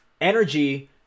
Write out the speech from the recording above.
energy